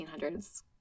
1800s